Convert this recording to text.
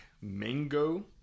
mango